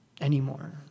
anymore